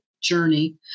Journey